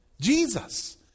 Jesus